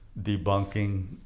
debunking